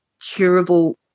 curable